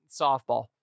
softball